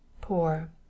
Poor